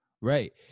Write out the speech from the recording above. Right